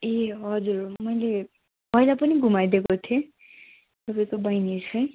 ए हजुर मैले पहिला पनि घुमाइदिएको थिएँ तपाईँको बहिनी चाहिँ